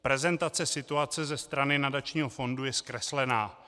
Prezentace situace ze strany nadačního fondu je zkreslená.